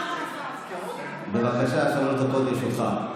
בבקשה, שלוש דקות לרשותך.